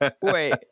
Wait